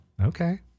Okay